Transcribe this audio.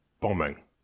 bombing